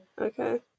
Okay